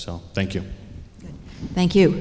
so thank you thank you